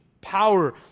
power